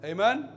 Amen